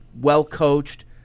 well-coached